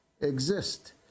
exist